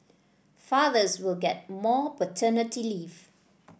fathers will get more paternity leave